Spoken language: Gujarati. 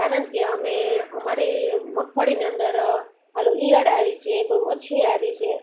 કારણ કે અમે અમારી મગફળીની અંદર આલુ ઇયળ આવી છે કોઈ મચ્છી આવી છે